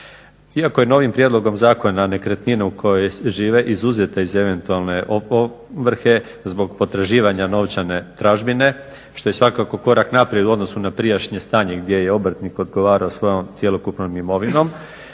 Iako je novim prijedlogom Zakona nekretnina u kojoj žive izuzete iz eventualne ovrhe zbog potraživanja novčane tražbine što je svakako korak naprijed u odnosu na prijašnje stanje gdje je obrtnik odgovarao svojom cjelokupnom imovinom